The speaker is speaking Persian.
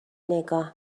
نگاه